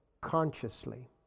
consciously